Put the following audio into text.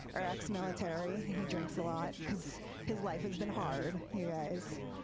or exmilitary and he drinks lot because his life has been hard, you guys.